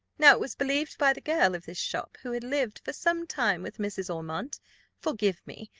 now it was believed by the girl of this shop, who had lived for some time with mrs. ormond forgive me,